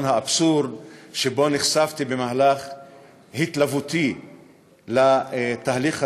האבסורד שנחשפתי לו בהתלווּתי לתהליך הזה,